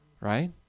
right